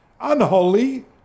Unholy